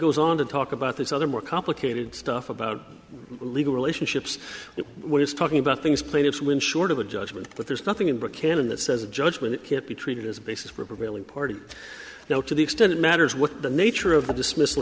goes on to talk about this other more complicated stuff about legal relationships if one is talking about things plaintiffs win short of a judgment but there's nothing in the can in that says a judgment can't be treated as a basis for a prevailing party now to the extent it matters what the nature of the dismiss